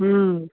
हूँ